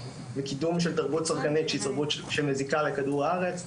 וקידום של תרבות צרכנית שהיא תרבות שמזיקה לכדור הארץ,